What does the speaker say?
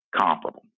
comparable